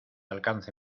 alcance